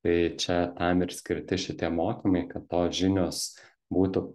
tai čia tam ir skirti šitie mokymai kad tos žinios būtų